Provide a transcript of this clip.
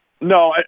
No